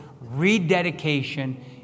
rededication